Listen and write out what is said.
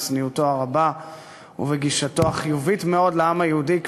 בצניעותו הרבה ובגישתו החיובית מאוד לעם היהודי,